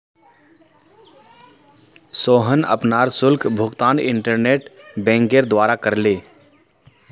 सोहन अपनार शुल्क भुगतान इंटरनेट बैंकिंगेर द्वारा करले